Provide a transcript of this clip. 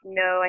no